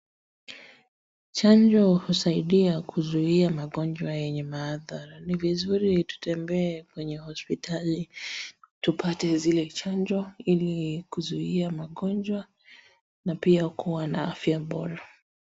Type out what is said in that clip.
Chanjo husaidia kuzuia magonjwa yenye madhara ni vizuri tutembee kwenye hospitali tupate zile chanjo ili kuzuia magonjwa na pia kuwa na afya bora.